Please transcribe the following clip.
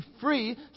free